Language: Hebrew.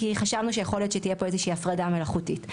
כי חשבנו שיכול להיות שתהיה פה איזושהי הפרדה מלאכותית.